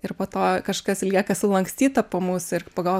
ir po to kažkas lieka sulankstyta po mūsų ir pagal